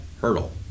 hurdle